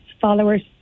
followers